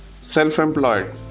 self-employed